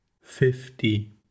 fifty